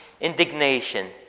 indignation